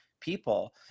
people